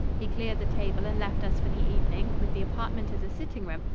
he cleared the table and left us for the evening with the apartment as a sitting room,